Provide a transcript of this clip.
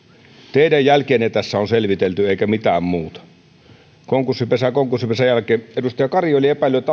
teidän jälkiänne tässä on selvitelty eikä mitään muuta konkurssipesä konkurssipesän jälkeen edustaja kari oli epäillyt